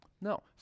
No